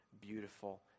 beautiful